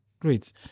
Great